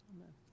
Amen